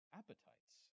appetites